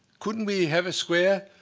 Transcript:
couldn't we have a square?